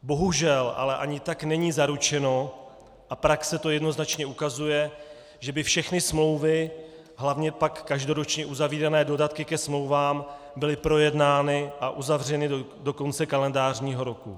Bohužel ale ani tak není zaručeno, a praxe to jednoznačně ukazuje, že by všechny smlouvy, hlavně pak každoročně uzavírané dodatky ke smlouvám, byly projednány a uzavřeny do konce kalendářního roku.